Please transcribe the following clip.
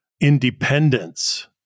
independence